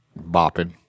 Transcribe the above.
bopping